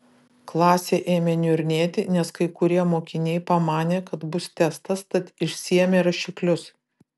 klasė ėmė niurnėti nes kai kurie mokiniai pamanė kad bus testas tad išsiėmė rašiklius